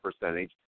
percentage